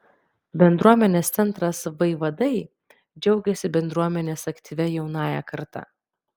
bendruomenės centras vaivadai džiaugiasi bendruomenės aktyvia jaunąja karta